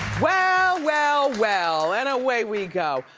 well, well, well, and away we go.